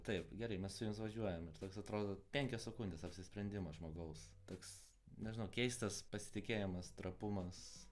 taip gerai mes su jumis važiuojam ir toks atrodo penkios sekundės apsisprendimas žmogaus toks nežinau keistas pasitikėjimas trapumas